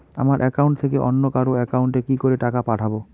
আমার একাউন্ট থেকে অন্য কারো একাউন্ট এ কি করে টাকা পাঠাবো?